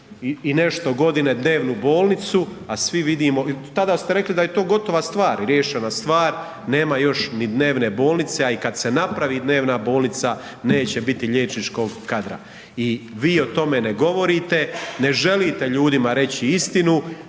i nešto godine dnevnu bolnicu, a svi vidimo, tada ste rekli da je to gotova stvar i riješena stvar. Nema još ni dnevne bolnice, a i kad se napravi dnevna bolnica neće biti liječničkog kadra. I vi o tome ne govorite, ne želite ljudima reći istinu